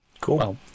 Cool